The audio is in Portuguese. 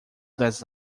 das